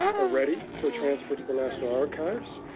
are ready for transfer to the national archives,